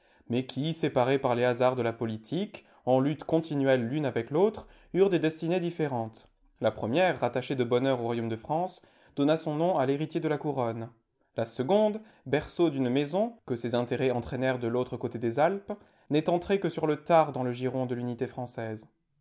mais qui séparées par les hasards de la politique en lutte continuelle l'une avec l'autre eurent des destinées différentes la première rattachée de bonne heure au royaume de france donna son nom à l'héritier de la couronne la seconde berceau d'une maison que ses intérêts entraînèrent de l'autre côté des alpes n'est entrée que sur le tard dans le giron de l'unité française